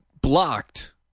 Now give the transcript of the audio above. blocked